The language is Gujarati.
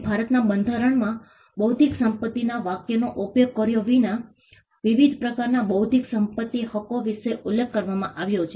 અને ભારતના બંધારણમાં બૌદ્ધિક સંપત્તિના વાક્યનો ઉપયોગ કર્યા વિના વિવિધ પ્રકારના બૌદ્ધિક સંપત્તિ હકો વિશે ઉલ્લેખ કરવામાં આવ્યો છે